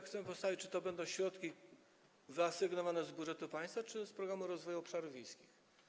Chcę postawić pytanie: Czy to będą środki wyasygnowane z budżetu państwa, czy z Programu Rozwoju Obszarów Wiejskich?